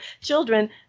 children